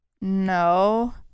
no